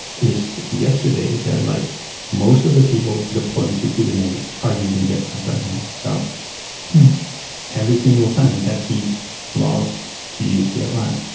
yesterday that like most of the people deploying to kubernetes are using gitlab right now. so every single time, that team loves to use gitlab.